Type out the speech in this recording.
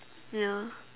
ya